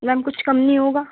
میم کچھ کم نہیں ہوگا